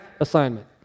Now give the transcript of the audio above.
assignment